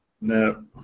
no